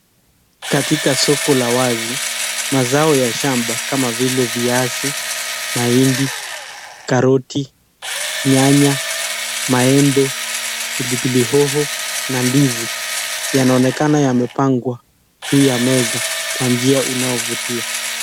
Katika soko la wazi mazao ya shamba kama vile viazi ,mahindi, karoti, nyanya, maembe, pilipili hoho na ndizi yanaonekana yamepangwa juu ya meza kwa njia unaovutia.